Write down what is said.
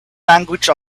language